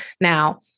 Now